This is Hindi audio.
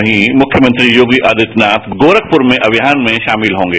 वहीं मुख्यमंत्री योगी आदित्यनाथ गोरखप्र में अभियान में शामिल होंगे